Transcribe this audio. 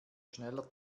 schneller